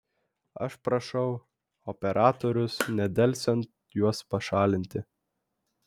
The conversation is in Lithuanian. aš prašau operatorius nedelsiant juos pašalinti